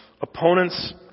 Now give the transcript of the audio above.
opponents